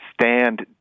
stand